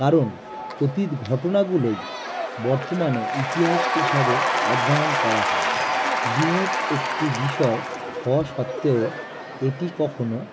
কারণ অতীত ঘটনাগুলোই বর্তমানে ইতিহাস হিসাবে অধ্যায়ন করা হয় বৃহৎ একটি বিষয় হওয়া সত্ত্বেও এটি কখনও